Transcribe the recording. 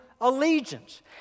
allegiance